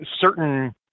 certain